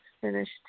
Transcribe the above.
finished